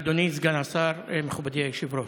אדוני סגן השר, מכובדי היושב-ראש,